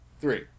three